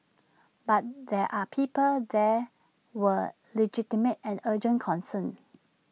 but there are people there were legitimate and urgent concerns